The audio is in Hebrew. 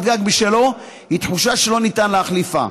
גג משלו היא תחושה שלא ניתן להחליפה.